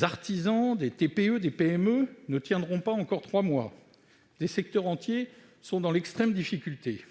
artisans, des TPE, des PME ne tiendront pas encore trois mois. Des secteurs entiers se trouvent dans une extrême difficulté.